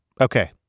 Okay